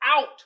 out